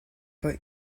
but